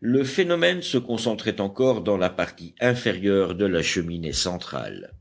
le phénomène se concentrait encore dans la partie inférieure de la cheminée centrale